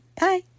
Bye